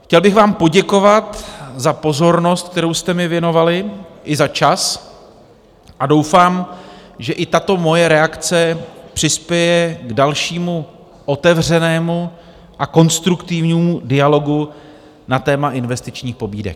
Chtěl bych vám poděkovat za pozornost, kterou jste mi věnovali, i za čas, a doufám, že i tato moje reakce přispěje k dalšímu, otevřenému a konstruktivnímu dialogu na téma investičních pobídek.